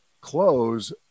Close